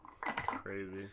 Crazy